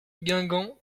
guingamp